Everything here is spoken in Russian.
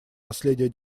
наследия